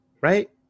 right